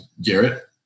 Garrett